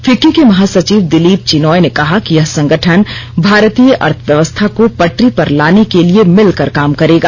FICCI के महासचिव दिलीप चिनाँय ने कहा कि यह संगठन भारतीय अर्थव्वस्था को पटरी पर लाने के लिए मिलकर काम करेगा